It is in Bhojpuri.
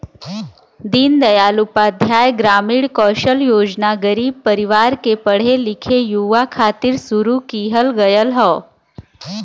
दीन दयाल उपाध्याय ग्रामीण कौशल योजना गरीब परिवार के पढ़े लिखे युवा खातिर शुरू किहल गयल हौ